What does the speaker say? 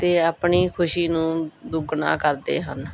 ਅਤੇ ਆਪਣੀ ਖੁਸ਼ੀ ਨੂੰ ਦੁੱਗਣਾ ਕਰਦੇ ਹਨ